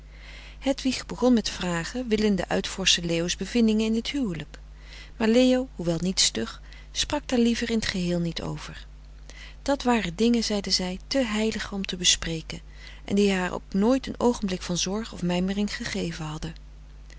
hedwig begon met vragen willende uitvorschen leo's bevindingen in t huwelijk maar leo hoewel niet stug sprak daar liever in t geheel niet over dat waren dingen zeide zij te heilig om te bespreken en die haar ook nooit een oogenblik van zorg of mijmering gegeven hadden